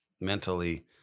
mentally